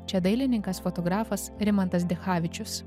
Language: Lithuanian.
čia dailininkas fotografas rimantas dichavičius